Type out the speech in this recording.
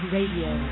Radio